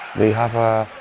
they have a